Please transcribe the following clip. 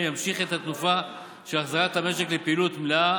ימשיך את התנופה של החזרת המשק לפעילות מלאה